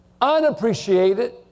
Unappreciated